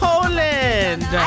Poland